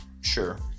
Sure